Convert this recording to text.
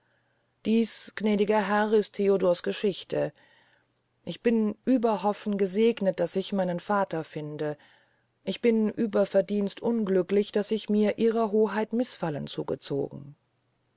dies gnädiger herr ist theodors geschichte ich bin über hoffen gesegnet daß ich meinen vater finde ich bin über verdienst unglücklich daß ich mir ihrer hoheit mißfallen zugezogen